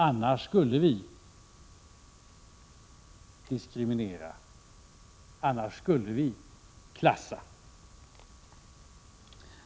Annars skulle vi diskriminera, annars skulle vi klassa.